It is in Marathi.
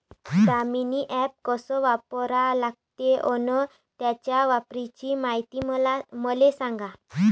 दामीनी ॲप कस वापरा लागते? अन त्याच्या वापराची मायती मले सांगा